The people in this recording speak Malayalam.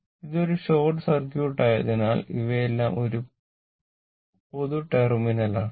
ഇത് ഒരു ഷോർട്ട് സർക്യൂട്ട് ആയതിനാൽ ഇവയെല്ലാം ഒരു പൊതു ടെർമിനൽ ആണ്